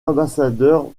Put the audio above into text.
ambassadeur